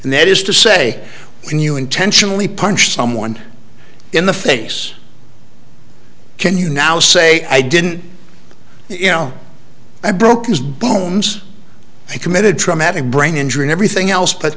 and that is to say when you intentionally punch someone in the face can you now say i didn't you know i broke his bones and committed traumatic brain injury and everything else but